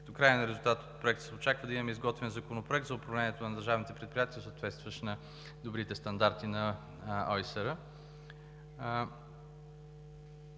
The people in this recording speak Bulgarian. Като краен резултат от Проекта се очаква да имаме изготвен Законопроект за управлението на държавните предприятия, съответстващ на добрите стандарти на ОИСР.